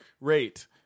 Rate